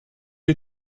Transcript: you